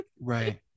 right